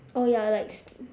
oh ya like